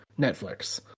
Netflix